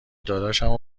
داداشم